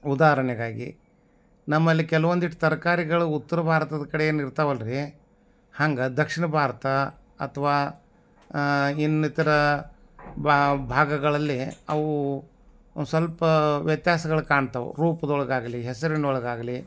ಉದಾಹರಣೆಗಾಗಿ ನಮ್ಮಲ್ಲಿ ಕೆಲ್ವೊಂದಿಷ್ಟ್ ತರಕಾರಿಗಳು ಉತ್ರ ಭಾರತದ ಕಡೆ ಏನು ಇರ್ತವಲ್ಲ ರೀ ಹಂಗೇ ದಕ್ಷಿಣ ಭಾರತ ಅಥವಾ ಇನ್ನಿತರ ಬಾ ಭಾಗಗಳಲ್ಲಿ ಅವು ಒಂದು ಸ್ವಲ್ಪ ವ್ಯತ್ಯಾಸಗಳು ಕಾಣ್ತವೆ ರೂಪದೊಳಗಾಗ್ಲಿ ಹೆಸರಿನೊಳಗಾಗ್ಲಿ